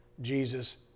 Jesus